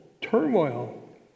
turmoil